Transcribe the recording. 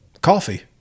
Coffee